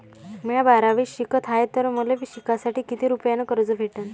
म्या बारावीत शिकत हाय तर मले शिकासाठी किती रुपयान कर्ज भेटन?